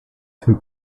two